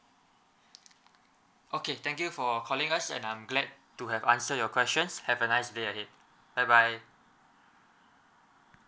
okay thank you for calling us and I'm glad to have answer your questions have a nice day ahead bye bye